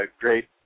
great